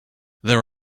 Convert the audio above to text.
there